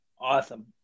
Awesome